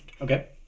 okay